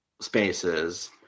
spaces